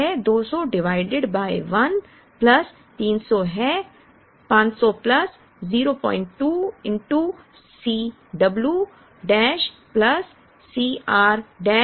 यह 200 divided by 1 plus 300 है 500 plus 02 C w dash plus C r dash जो 20 है